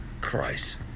Christ